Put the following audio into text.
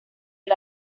del